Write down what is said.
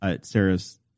Sarah's